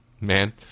Man